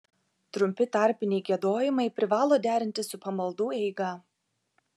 trumpi tarpiniai giedojimai privalo derintis su pamaldų eiga